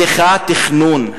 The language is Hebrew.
היא צריכה תכנון,